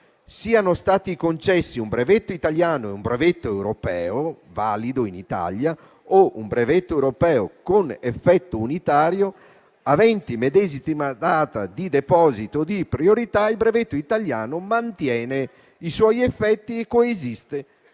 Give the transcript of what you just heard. siano stati concessi un brevetto italiano e un brevetto europeo valido in Italia o un brevetto europeo con effetto unitario, aventi medesimi data di deposito e di priorità, il brevetto italiano mantiene i suoi effetti e coesiste